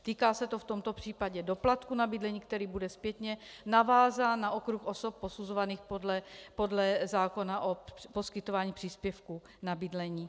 Týká se to v tomto případě doplatku na bydlení, který bude zpětně navázán na okruh osob posuzovaných podle zákona o poskytování příspěvku na bydlení.